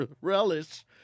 relish